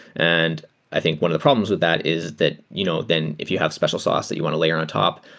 and i think one of the problems with that is that you know then if you have special sauce that you want to layer on top,